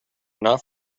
not